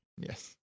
Yes